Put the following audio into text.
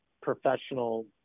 professional